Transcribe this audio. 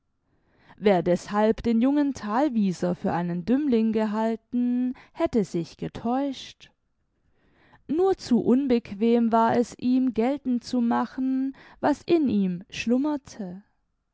wer deßhalb den jungen thalwieser für einen dümmling gehalten hätte sich getäuscht nur zu unbequem war es ihm geltend zu machen was in ihm schlummerte